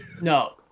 No